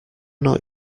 not